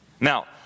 Now